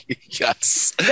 Yes